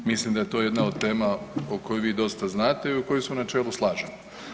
Mislim da je to jedna od tema o kojoj vi dosta znate i o kojoj se u načelu slažemo.